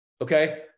okay